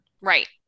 right